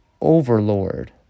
overlord